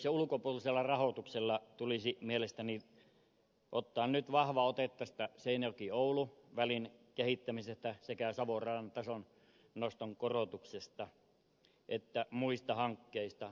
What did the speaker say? kehyksen ulkopuolisella rahoituksella tulisi mielestäni ottaa nyt vahva ote tästä seinäjokioulu välin kehittämisestä sekä savon radan tasonnoston korotuksesta että muista hankkeista